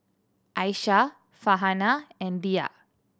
Aisyah Farhanah and Dhia